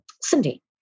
Cindy